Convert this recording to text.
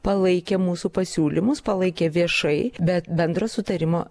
palaikė mūsų pasiūlymus palaikė viešai bet bendro sutarimo